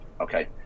Okay